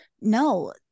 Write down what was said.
no